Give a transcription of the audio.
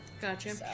Gotcha